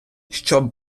щоб